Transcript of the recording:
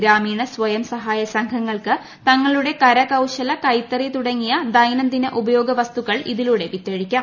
ഗ്രാമീണ സ്വയം സഹായ സംഘങ്ങൾക്ക് തങ്ങളുടെ കരകൌശല കൈത്തറി തുടങ്ങിയ ദൈനംദിന ഉപയോഗ വസ്തുക്കൾ ഇതിലൂടെ വിറ്റഴിക്കാം